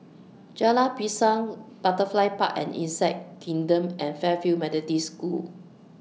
Jalan Pisang Butterfly Park and Insect Kingdom and Fairfield Methodist School